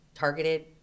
targeted